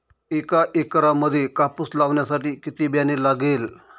एका एकरामध्ये कापूस लावण्यासाठी किती बियाणे लागेल?